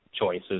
choices